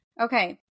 Okay